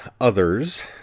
others